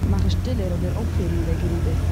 מאכן שטילער, אדער אויפהערן די גערודער.